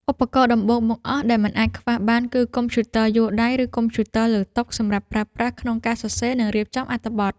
ឧបករណ៍ដំបូងបង្អស់ដែលមិនអាចខ្វះបានគឺកុំព្យូទ័រយួរដៃ ឬកុំព្យូទ័រលើតុសម្រាប់ប្រើប្រាស់ក្នុងការសរសេរ និងរៀបចំអត្ថបទ។